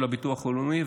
של הביטוח הלאומי,